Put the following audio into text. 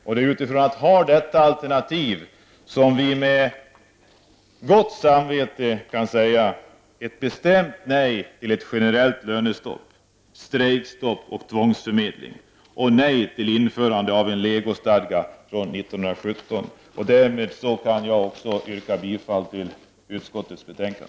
Och det är på grund av detta alternativ som vi med gott samvete kan säga ett bestämt nej till generellt lönestopp, strejkstopp och tvångsmedling och införande av en legostadga från 1917: Därmed kan jag också yrka bifall till utskottets hemställan.